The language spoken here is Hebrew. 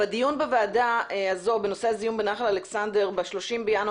בדיון בוועדה הזו בנושא הזיהום בנחל אלכסנדר ב-30 בינואר